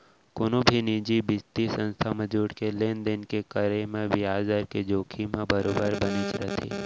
कोनो भी निजी बित्तीय संस्था म जुड़के लेन देन के करे म बियाज दर के जोखिम ह बरोबर बनेच रथे